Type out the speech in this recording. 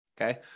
Okay